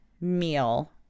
meal